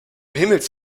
himmels